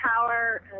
power